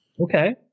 Okay